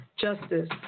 justice